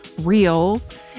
reels